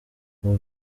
ubu